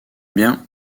bien